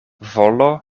volo